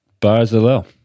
Barzalel